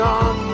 on